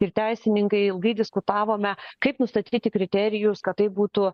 ir teisininkai ilgai diskutavome kaip nustatyti kriterijus kad tai būtų